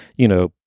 you know,